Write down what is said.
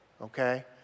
okay